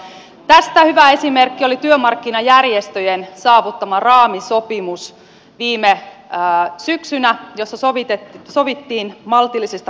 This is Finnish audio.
tästä hyvä esimerkki oli työmarkkinajärjestöjen saavuttama raamisopimus viime syksynä jossa sovittiin maltillisista palkankorotuksista